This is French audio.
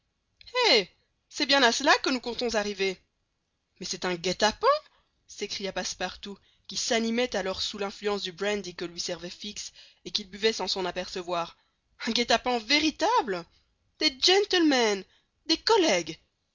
eh c'est bien à cela que nous comptons arriver mais c'est un guet-apens s'écria passepartout qui s'animait alors sous l'influence du brandy que lui servait fix et qu'il buvait sans s'en apercevoir un guet-apens véritable des gentlemen des collègues